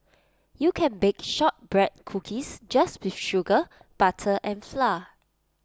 you can bake Shortbread Cookies just with sugar butter and flour